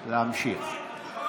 להמשיך.